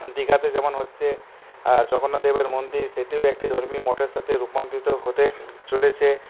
দীঘাতে যেমন হচ্ছে জগন্নাথদেবের মন্দির সেটিও একটি ধর্মীয় মঠের সাথে রূপান্তরিত হতে চলেছে